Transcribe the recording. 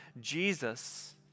Jesus